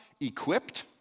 equipped